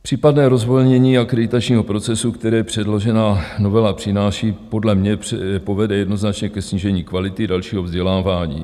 Případné rozvolnění akreditačního procesu, které předložená novela přináší, podle mě povede jednoznačně ke snížení kvality dalšího vzdělávání.